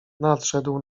nadszedł